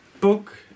book